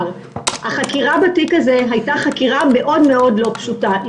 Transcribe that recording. החקירה בתיק הזה הייתה חקירה מאוד לא פשוטה.